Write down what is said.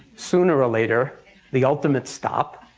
sooner or later the ultimate stop.